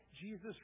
Jesus